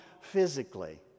physically